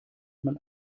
man